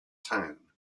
town